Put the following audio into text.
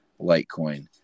Litecoin